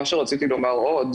מה שרציתי לומר עוד,